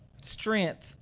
strength